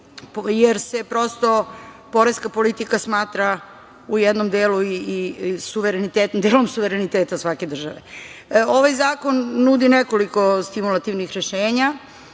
jer se prosto poreska politika smatra u jednom delu i suverenitetom svake države. Ovaj zakon nudi nekoliko stimulativnih rešenja